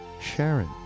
Sharon